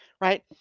right